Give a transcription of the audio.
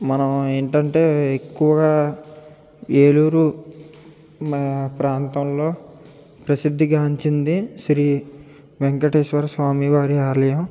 మనం ఏంటంటే ఎక్కువగా ఏలూరు మా ప్రాంతంలో ప్రసిద్ధిగాంచింది శ్రీ వేంకటేశ్వర స్వామి వారి ఆలయం